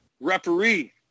referee